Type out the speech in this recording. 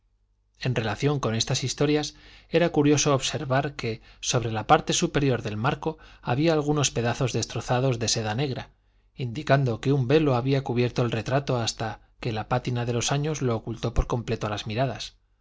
en relación con estas historias era curioso observar que sobre la parte superior del marco había algunos pedazos destrozados de seda negra indicando que un velo había cubierto el retrato hasta que la pátina de los años lo ocultó por completo a las miradas